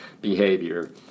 behavior